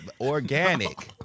organic